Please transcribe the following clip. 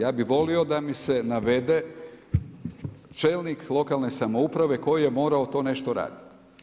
Ja bih volio da mi se navede čelnik lokalne samouprave koji je morao to nešto raditi.